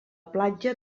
platja